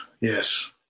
Yes